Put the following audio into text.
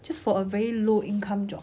just for a very low income job